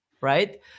right